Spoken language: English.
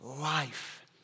life